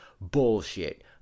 bullshit